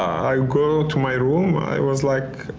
i go to my room. i was like,